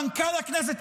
מנכ"ל הכנסת,